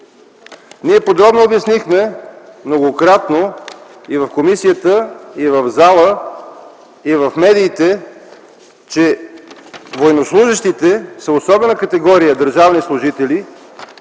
Ние подробно обяснихме многократно и в комисията, и в залата, и в медиите, че военнослужещите са особена категория държавни служители,